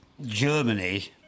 Germany